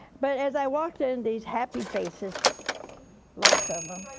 but as i walked in these happy faces lots of them